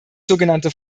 sogenannte